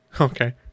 Okay